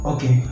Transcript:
Okay